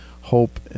hope